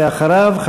ואחריו,